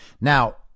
Now